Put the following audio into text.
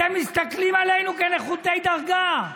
אתם מסתכלים עלינו כנחותים בדרגה,